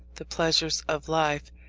the pleasures of life,